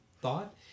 thought